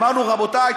אמרנו: רבותי,